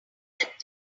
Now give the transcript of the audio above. that